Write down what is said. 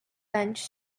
bench